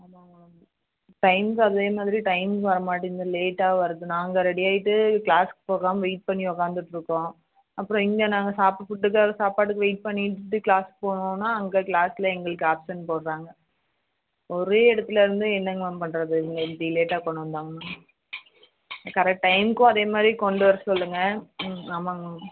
டைம்க்கு அதே மாதிரி டைம்க்கு வர மாட்டேங்குது லேட்டாக வருது நாங்கள் ரெடியாய்ட்டு கிளாஸ்க்கு போகாமல் வெய்ட் பண்ணி உக்காந்துட்டுருக்கோம் அப்புறம் இங்கே நாங்கள் சாப்பிட ஃபுட்டுக்கு அது சாப்பாடுக்கு வெய்ட் பண்ணிவிட்டு கிளாஸ்க்கு போனோன்னா அங்கே கிளாஸில் எங்களுக்கு ஆப்சென்ட் போட்டுறாங்க ஒரே இடத்துல இருந்து என்னங்க மேம் பண்ணுறது இவங்க இப்படி லேட்டாக கொண்டு வந்தாங்கன்னா கரெக்ட் டைமுக்கும் அதே மாதிரி கொண்டு வர சொல்லுங்கள் ம் ஆமாங்க மேம்